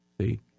See